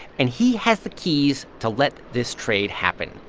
and he has the keys to let this trade happen.